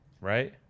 right